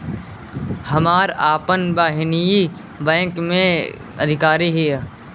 हमार आपन बहिनीई बैक में अधिकारी हिअ